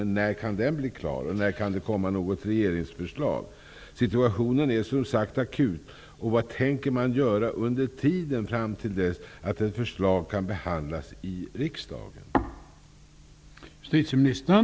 Men när kan den bli klar, och när kan det komma ett regeringsförslag? Situationen är, som sagt, akut. Och vad tänker man göra fram till dess att ett förslag kan behandlas i riksdagen?